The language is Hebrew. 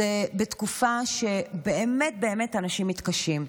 זה בתקופה שבאמת באמת אנשים מתקשים.